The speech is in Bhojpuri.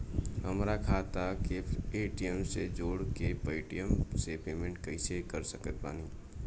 हमार खाता के पेटीएम से जोड़ के पेटीएम से पेमेंट कइसे कर सकत बानी?